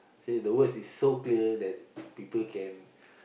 say the words is so clear that people can